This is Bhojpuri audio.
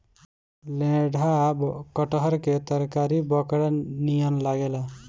लेढ़ा कटहल के तरकारी बकरा नियन लागेला